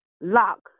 lock